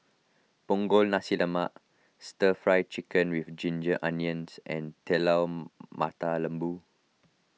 Punggol Nasi Lemak Stir Fry Chicken with Ginger Onions and Telur Mata Lembu